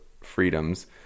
freedoms